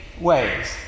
ways